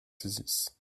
saisisse